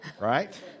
right